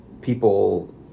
people